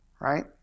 right